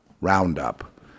roundup